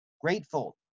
Grateful